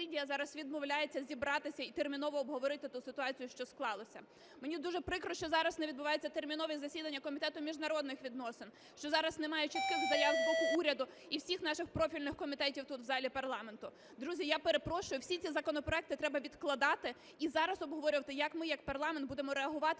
Друзі, я перепрошую, всі ці законопроекти треба відкладати і зараз обговорювати, як ми як парламент будемо реагувати